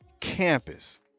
campus